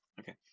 Okay